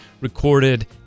recorded